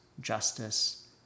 justice